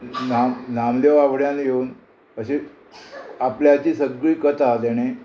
नाम नामदेवा फुड्यान येवन अशी आपल्याची सगळी कथा तेणे